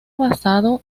basado